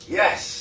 yes